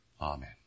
Amen